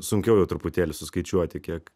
sunkiau jau truputėlį suskaičiuoti kiek